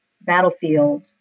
battlefield